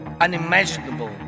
unimaginable